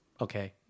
okay